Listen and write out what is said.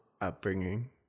upbringing